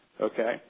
okay